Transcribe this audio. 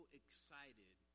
excited